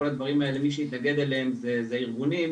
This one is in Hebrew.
מי שיתנגד להם זה ארגונים,